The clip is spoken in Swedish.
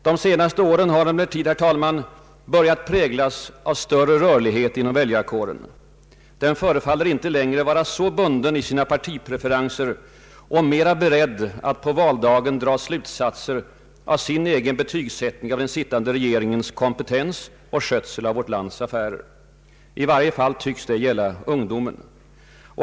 De senaste åren har emellertid, herr talman, börjat präglas av större rörlighet inom väljarkåren. Den förefaller inte längre vara så bunden i sina partipreferenser utan mera beredd att på valdagen dra slutsatser av sin betygsättning av den sittande regeringens kompetens och skötsel av vårt lands affärer. I varje fall tycks detta gälla ungdomen.